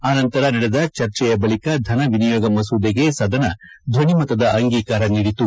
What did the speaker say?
ಅನಂತರ ನಡೆದ ಚರ್ಚೆಯ ಬಳಿಕ ಧನ ವಿನಿಯೋಗ ಮಸೂದೆಗೆ ಸದನ ಧ್ವನಿ ಮತದ ಅಂಗೀಕಾರ ನೀಡಿತು